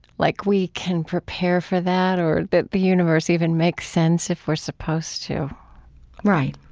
like we can prepare for that or that the universe even makes sense if we're supposed to right.